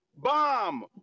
bomb